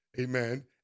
amen